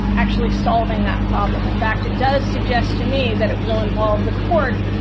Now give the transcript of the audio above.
actually solving that problem. in fact, it does suggest to me that it will involve the court